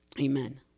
Amen